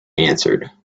answered